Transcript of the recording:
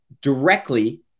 directly